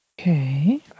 okay